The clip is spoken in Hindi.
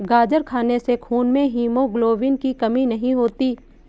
गाजर खाने से खून में हीमोग्लोबिन की कमी नहीं होती